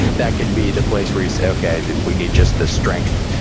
that can be the place where you say, okay, we need just the strength,